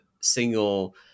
single